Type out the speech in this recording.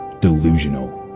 delusional